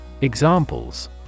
Examples